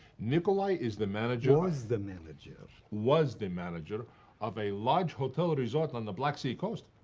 nicolae is the manager was the manager. was the manager of a large hotel resort on the black sea coast.